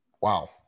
Wow